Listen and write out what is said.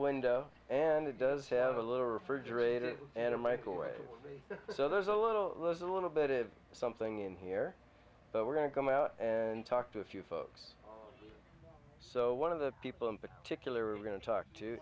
window and it does have a little refrigerator and a michael way so there's a little was a little bit of something in here but we're going to come out and talk to a few folks so one of the people in particular i'm going to talk to